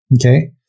Okay